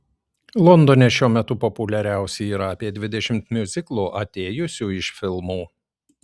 londone šiuo metu populiariausi yra apie dvidešimt miuziklų atėjusių iš filmų